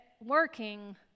working